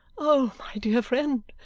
o my dear friend,